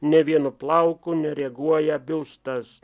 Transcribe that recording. ne vienu plauku nereaguoja biustas